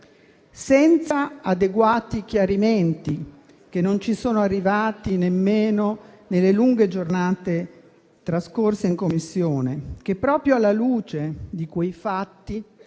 senza adeguati chiarimenti, che non ci sono arrivati nemmeno nelle lunghe giornate trascorse in Commissione, che, proprio alla luce di quei fatti,